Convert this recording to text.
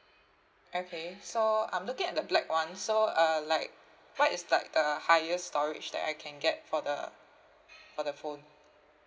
okay so I'm looking at the black one so uh like what is like the highest storage that I can get for the for the phone